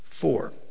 Four